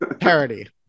parody